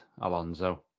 Alonso